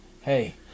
Hey